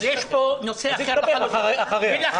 אז היא תדבר אחר כך.